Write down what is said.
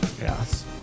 Yes